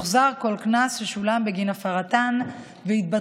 יוחזר כל קנס ששולם בגין הפרתן ויתבטלו